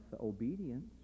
obedience